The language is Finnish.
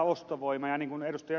niin kuin ed